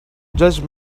judge